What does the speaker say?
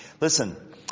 listen